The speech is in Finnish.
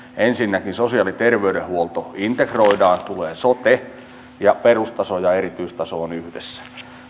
ensinnäkin sosiaali ja terveydenhuolto integroidaan tulee sote ja perustaso ja erityistaso ovat yhdessä